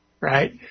right